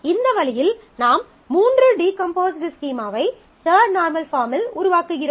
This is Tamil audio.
இந்த வழியில் நாம் மூன்று டீகம்போஸ்ட் ஸ்கீமாவை தர்ட் நார்மல் பாஃர்ம்மில் உருவாக்குகிறோம்